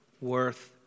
worth